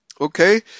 okay